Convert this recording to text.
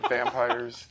Vampires